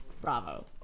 Bravo